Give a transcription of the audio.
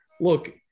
look